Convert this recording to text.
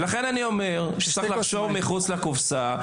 לכן אני אומר שצריך לחשוב מחוץ לקופסה,